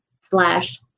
slash